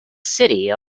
city